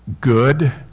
good